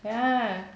yeah